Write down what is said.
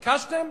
ביקשתם?